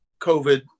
COVID